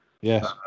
Yes